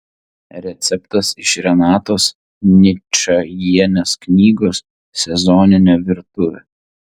receptas iš renatos ničajienės knygos sezoninė virtuvė